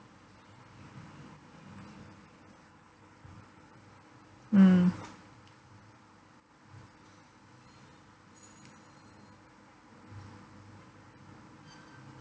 mm